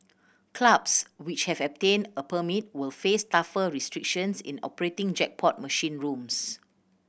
clubs which have obtained a permit will face tougher restrictions in operating jackpot machine rooms